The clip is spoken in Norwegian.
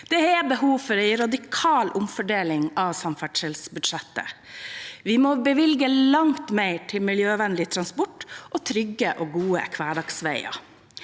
Det er behov for en radikal omfordeling av samferdselsbudsjettet. Vi må bevilge langt mer til miljøvennlig transport og trygge og gode hverdagsveier.